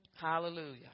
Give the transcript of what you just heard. hallelujah